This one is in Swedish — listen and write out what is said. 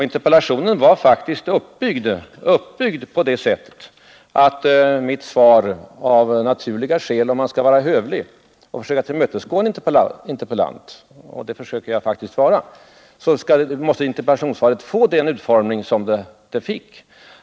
Interpellationen var faktiskt uppbyggd på det sättet att mitt svar av naturliga skäl — om man skall vara hövlig och försöka tillmötesgå en interpellant, och det försöker jag faktiskt vara — måste få den utformning det fick.